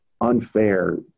unfair